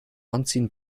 anziehen